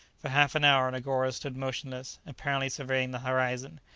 for half an hour negoro stood motionless, apparently surveying the horizon.